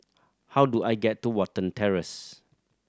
how do I get to Watten Terrace